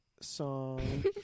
song